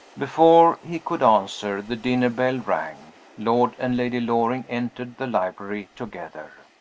before he could answer, the dinner bell rang. lord and lady loring entered the library together.